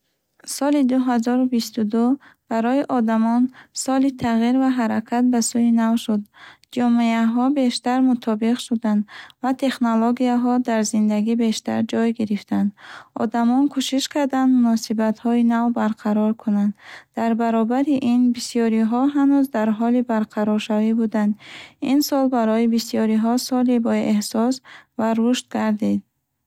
Соли дуҳазору бисту ду барои одамон соли тағйир ва ҳаракат ба сӯи нав шуд. Ҷомеаҳо бештар мутобиқ шуданд ва технологияҳо дар зиндагӣ бештар ҷой гирифтанд. Одамон кӯшиданд муносибатҳои нав барқарор кунанд. Дар баробари ин, бисёриҳо ҳанӯз дар ҳоли барқароршавӣ буданд. Ин сол барои бисёриҳо соли боэҳсос ва рушд гардид.